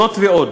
זאת ועוד,